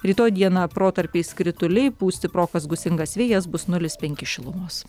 rytoj dieną protarpiais krituliai pūs stiprokas gūsingas vėjas bus nulis penki šilumos